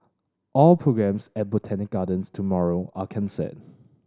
all programmes at Botanic Gardens tomorrow are cancer